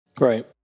right